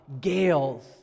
gales